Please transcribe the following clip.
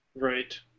Right